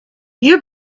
your